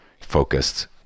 focused